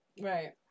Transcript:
right